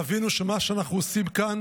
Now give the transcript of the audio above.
ותבינו שמה שאנחנו עושים כאן